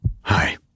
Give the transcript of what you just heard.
Hi